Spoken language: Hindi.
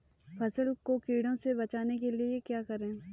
फसल को कीड़ों से बचाने के लिए क्या करें?